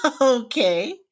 Okay